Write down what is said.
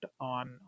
on